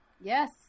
Yes